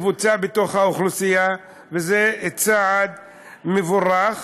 לקבוצה בתוך האוכלוסייה, וזה צעד מבורך.